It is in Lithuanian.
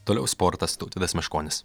toliau sportas tautvydas meškonis